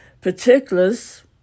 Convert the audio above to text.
particulars